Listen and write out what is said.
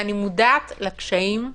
אני מודעת לקשיים.